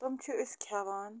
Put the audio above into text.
تِم چھِ أسۍ کھٮ۪وان